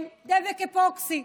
משל הממשלה הזאת הם דבק אפוקסי.